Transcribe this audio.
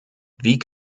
wie